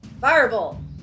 Fireball